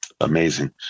amazing